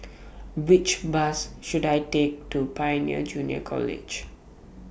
Which Bus should I Take to Pioneer Junior College